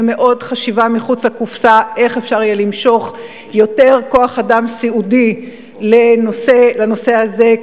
וחשיבה מחוץ לקופסה איך אפשר יהיה למשוך יותר כוח-אדם סיעודי לנושא הזה,